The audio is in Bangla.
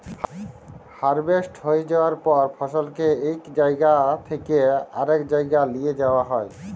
হারভেস্ট হঁয়ে যাউয়ার পর ফসলকে ইক জাইগা থ্যাইকে আরেক জাইগায় লিঁয়ে যাউয়া হ্যয়